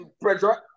pressure